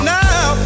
now